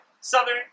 Southern